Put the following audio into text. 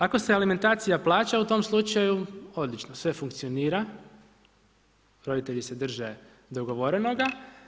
Ako se alimentacija plaća, u tom slučaju odlično, sve funkcionira, roditelji se drže dogovorenoga.